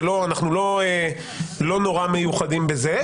אנחנו לא נורא מיוחדים בזה.